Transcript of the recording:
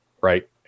Right